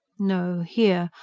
no here,